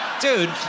dude